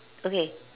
okay